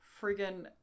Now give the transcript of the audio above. friggin